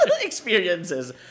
experiences